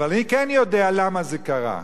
אבל אני כן יודע למה זה קרה.